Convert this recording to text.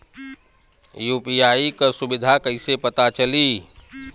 UPI क सुविधा कैसे पता चली?